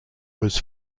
was